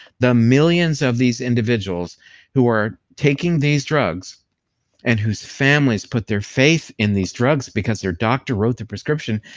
the millions of these individuals who are taking these drugs and whose families put their faith in these drugs because their doctor wrote the prescription,